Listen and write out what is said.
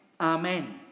Amen